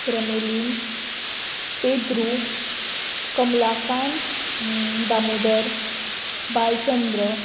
Carmelin Pedru Kamalakant Damodar Balchandra